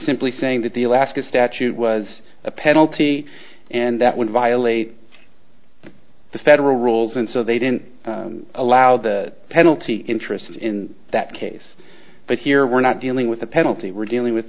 simply saying that the alaska statute was a penalty and that would violate the federal rules and so they didn't allow the penalty interests in that case but here we're not dealing with the penalty we're dealing with